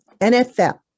NFL